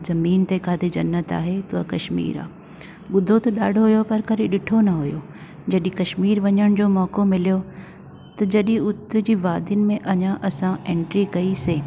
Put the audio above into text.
ज़मीन ते काथे जन्नत आहे त उहा कश्मीर आहे ॿुधो त ॾाढो हुओ पर कॾहिं ॾिठो न हुओ जॾहिं कश्मीर वञण जो मौको मिलियो त जॾहिं उते जी वादियुनि में असां एंट्री कईसीं